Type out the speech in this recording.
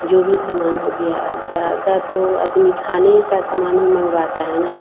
जो भी सामान हो गया ज़्यादा तो आदमी खाने ही का सामान ही मँगवाता है ना